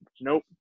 nope